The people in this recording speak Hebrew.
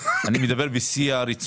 מדבר בשיא הרצינות.